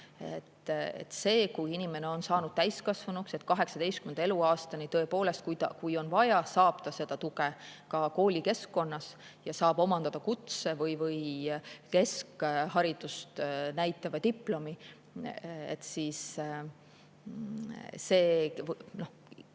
See, kui inimene on saanud täiskasvanuks – 18. eluaastani, kui on vaja, saab ta seda tuge koolikeskkonnas ja saab omandada kutse‑ või keskharidust näitava diplomi –, ilmselt